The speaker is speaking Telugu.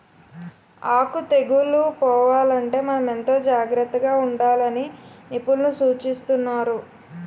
ఆకు తెగుళ్ళు పోవాలంటే మనం ఎంతో జాగ్రత్తగా ఉండాలని నిపుణులు సూచిస్తున్నారు